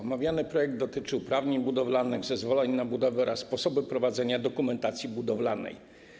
Omawiany projekt dotyczy uprawnień budowlanych, zezwoleń na budowę oraz sposobu prowadzenia dokumentacji budowlanej.